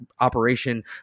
operation